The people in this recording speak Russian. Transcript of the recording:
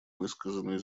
высказанные